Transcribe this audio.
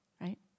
right